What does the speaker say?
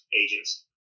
agents